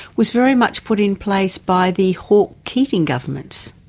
was very much put in place by the hawke-keating governments.